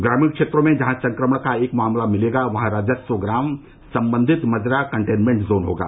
ग्रामीण क्षेत्रों में जहां संक्रमण का एक मामला मिलेगा वहां राजस्व ग्राम सम्बंधित मजरा कंटेनमेन्ट जोन होगा